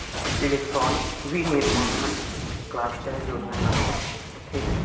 Electronic विनीर्माण cluster योजना का होथे?